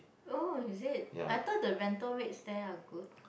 oh is it I thought the rental rates there are good